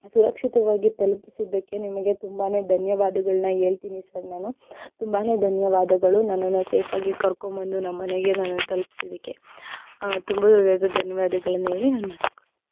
ಸುರಕ್ಷಿತವಾಗಿ ತಲುಪಿಸಿದ್ದಕ್ಕೆ ನಿಮಗೆ ತುಂಬಾನೇ ಧನ್ಯವಾದಗಳನ್ನ ಹೇಳ್ತೀನಿ ಸರ್ ನಾನು ತುಂಬಾನೇ ಧನ್ಯವಾದಗಳು ನನ್ನನ್ನು ಸೇಫ್ ಆಗಿ ಕರ್ಕೊಂಡು ಬಂದು ನಮ್ಮನೆಗೆ ನನ್ನನ್ನು ತಲುಪಿಸಿದ್ದಕ್ಕೆ ತುಂಬು ಹೃದಯದ ಧನ್ಯವಾದಗಳನ್ನು ಹೇಳಿ ನನ್ನ ಮಾತು ಮುಗಿಸ್ತೀನಿ